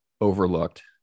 overlooked